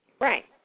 right